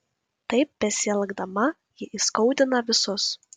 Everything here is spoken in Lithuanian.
taip besielgdama ji įskaudina visus